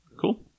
Cool